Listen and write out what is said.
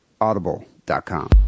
audible.com